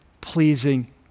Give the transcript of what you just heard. pleasing